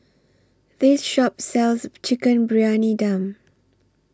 This Shop sells Chicken Briyani Dum